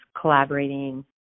collaborating